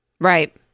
Right